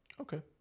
okay